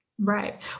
Right